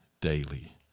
daily